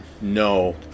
No